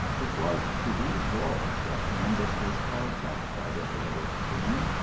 it was to these walls that columbus was called back by the heroic queen,